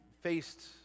faced